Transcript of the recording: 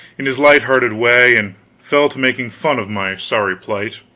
in his light-hearted way, and fell to making fun of my sorry plight.